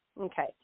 Okay